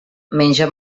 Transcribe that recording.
menja